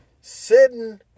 sitting